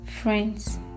friends